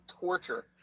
torture